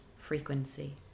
frequency